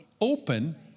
open